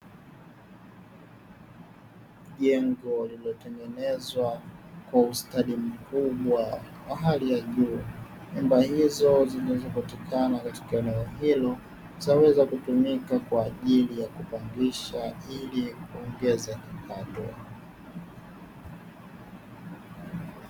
Jengo lililotengenezwa kwa ustadi mkubwa wa hali ya juu, nyumba hizo zinazopatikana katika eneo hilo. Zitaweza kutumika kwa ajili ya kupangisha ili kuongeza kipato.